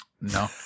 No